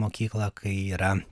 mokykla kai yra